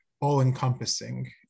All-encompassing